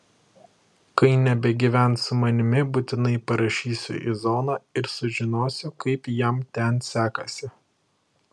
kai nebegyvens su manimi būtinai parašysiu į zoną ir sužinosiu kaip jam ten sekasi